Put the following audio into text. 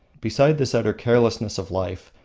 beside this utter carelessness of life,